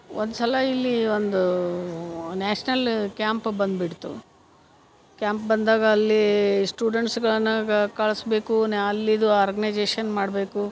ಒಂದು ಸಲ ಇಲ್ಲಿ ಒಂದು ನ್ಯಾಷ್ನಲ್ ಕ್ಯಾಂಪ್ ಬಂದುಬಿಡ್ತು ಕ್ಯಾಂಪ್ ಬಂದಾಗ ಅಲ್ಲಿ ಸ್ಟೂಡೆಂಟ್ಸ್ಗಳನ್ನು ಕಳಿಸ್ಬೇಕು ನಾ ಅಲ್ಲಿಯದು ಆರ್ಗ್ನೈಜೇಶನ್ ಮಾಡಬೇಕು